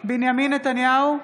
בנימין נתניהו,